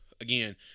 again